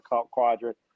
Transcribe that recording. Quadrant